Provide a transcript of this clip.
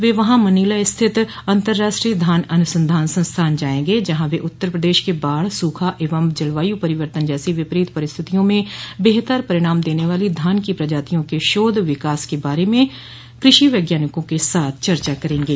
वह वहां मनीला स्थित अंतराष्ट्रीय धान अनुसंधान संस्थान जायेंगे जहां वे उत्तर प्रदेश के बाढ़ सूखा एवं जलवायु परिवर्तन जैसी विपरीत परिस्थितियों में बेहतर परिणाम देने वाली धान की प्रजातिया के शोध विकास के बारे में कृषि वैज्ञानिकों के साथ चर्चा करेंगे